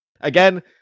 Again